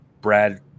Brad